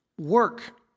Work